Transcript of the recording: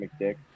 mcdick